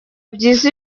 byiza